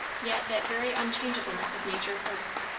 yet that very unchangeableness of nature hurts,